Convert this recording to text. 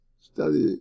study